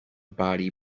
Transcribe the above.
body